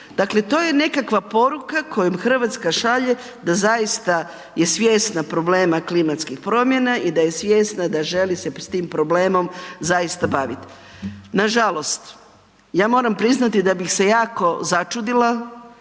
Dakle, to je nekakva poruka kojom Hrvatska šalje da zaista je svjesna problema klimatskih promjena i da je svjesna da želi se s tim problemom zaista baviti. Nažalost ja moram priznati da bih se jako začudila